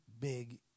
big